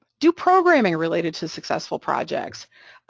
do programming related to successful projects,